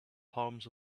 palms